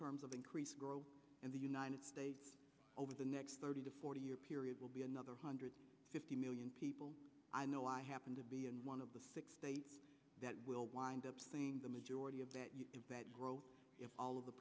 terms of increase growth in the united states over the next thirty to forty year period will be another hundred fifty million people i know i happen to be in one of the six states that will wind up spending the majority of that growth if all of the